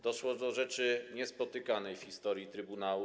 Doszło do rzeczy niespotykanej w historii trybunału.